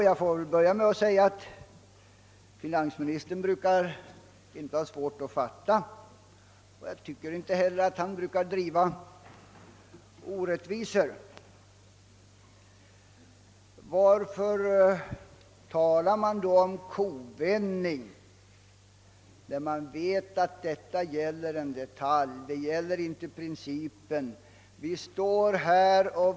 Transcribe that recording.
Jag kan börja med att säga att finansministern inte brukar ha svårt för att fatta och inte heller tycker jag att han brukar verka för orättvisor. Varför talar han då om kovändning när det är känt att det gäller en detalj och inte principer och när han därtill vet att någon överenskommelse ej träffats?